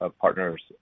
partners